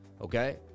okay